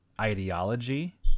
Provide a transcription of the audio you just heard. ideology